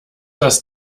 das